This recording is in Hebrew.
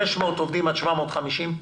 עובדים עד 750,